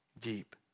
deep